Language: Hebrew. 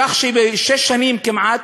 כך שבשש שנים, כמעט,